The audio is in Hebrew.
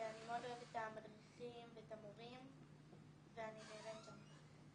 אני מאוד אוהבת את המדריכים ואת המורים ואני נהנית שם.